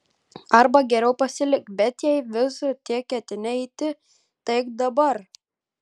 arba geriau pasilik bet jei vis tiek ketini eiti tai eik dabar